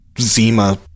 Zima